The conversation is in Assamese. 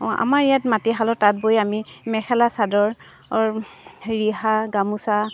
অঁ আমাৰ ইয়াত মাটিশালত তাত বৈ আমি মেখেলা চাদৰ ৰিহা গামোচা